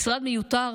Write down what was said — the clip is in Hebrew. משרד מיותר,